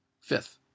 fifth